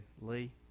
Lee